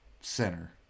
center